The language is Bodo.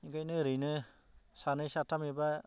बेनिखायनो ओरैनो सानै साथाम एबा